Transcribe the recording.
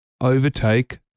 overtake